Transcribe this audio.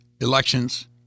elections